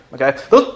Okay